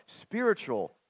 spiritual